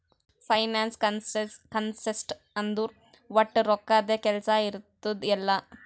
finance concept ಅಂದುರ್ ವಟ್ ರೊಕ್ಕದ್ದೇ ಕೆಲ್ಸಾ ಇರ್ತುದ್ ಎಲ್ಲಾ